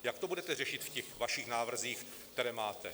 Jak to budete řešit v těch vašich návrzích, které máte?